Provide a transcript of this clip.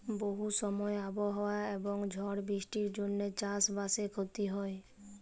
বহু সময় আবহাওয়া এবং ঝড় বৃষ্টির জনহে চাস বাসে ক্ষতি হয়